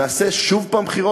נעשה שוב פעם בחירות.